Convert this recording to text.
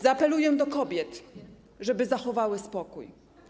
Zaapeluję do kobiet, żeby zachowały spokój.